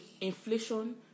Inflation